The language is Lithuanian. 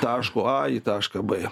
taško a į tašką b